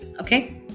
Okay